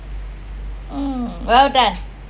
um well done